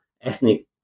ethnic